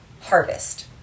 harvest